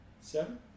seven